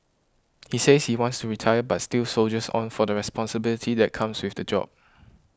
he says he wants to retire but still soldiers on for the responsibility that comes with the job